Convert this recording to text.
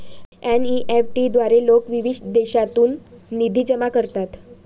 NEFT द्वारे लोक विविध देशांतून निधी जमा करतात